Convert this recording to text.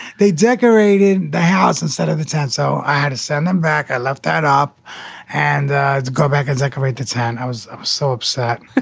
they decorated the house instead of the town, so i had to send them back. i left that up and go back and decorate the tent. i was so upset